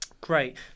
Great